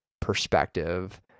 perspective